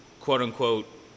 quote-unquote